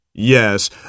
Yes